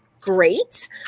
great